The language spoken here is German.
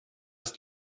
ist